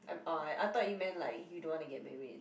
I'm alright I thought you meant like you don't want to get married